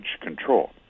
control